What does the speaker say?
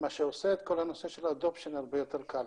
מה שעושה את הנושא של העבודה שלנו להרבה יותר קל.